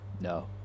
no